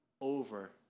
over